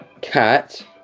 cat